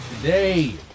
today